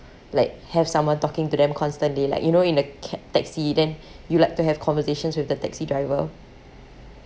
like have someone talking to them constantly like you know in a ca~ taxi then you like to have conversations with the taxi driver